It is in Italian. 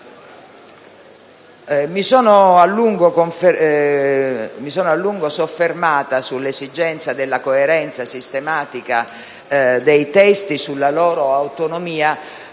Mi sono a lungo soffermata sull'esigenza della coerenza sistematica dei testi e in misura minore